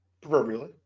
proverbially